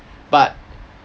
but